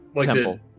temple